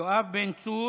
יואב בן צור,